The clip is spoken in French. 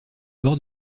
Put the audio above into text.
bords